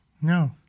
no